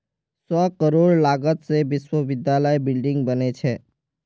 सौ करोड़ लागत से विश्वविद्यालयत बिल्डिंग बने छे